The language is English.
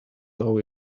know